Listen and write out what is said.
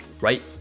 right